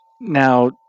Now